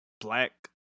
black